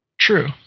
true